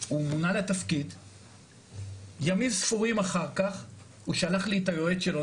שמונה לתפקיד וימים ספורים אחר כך שלח לי את היועץ שלו,